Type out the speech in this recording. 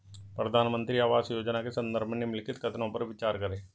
प्रधानमंत्री आवास योजना के संदर्भ में निम्नलिखित कथनों पर विचार करें?